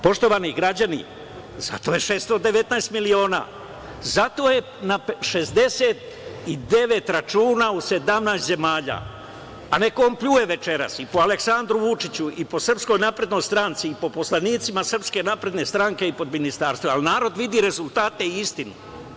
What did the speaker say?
Poštovani građani, zato je 619 miliona, zato je na 69 računa u 17 zemalja, a neka on pljuje večeras i po Aleksandru Vučiću i po SNS i po poslanicima SNS i po ministarstvima, ali narod vidi rezultate i istinu.